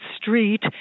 street